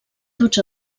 tots